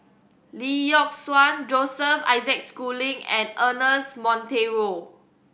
Lee Yock Suan Joseph Isaac Schooling and Ernest Monteiro